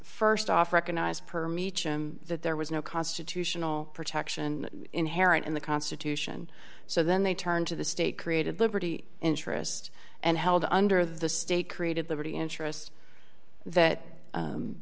st off recognized perm each and that there was no constitutional protection inherent in the constitution so then they turned to the state created liberty interest and held under the state created liberty interest that